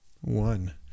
one